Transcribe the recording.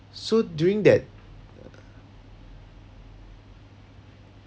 so during that